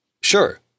Sure